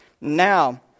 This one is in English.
Now